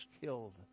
killed